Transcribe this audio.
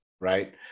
right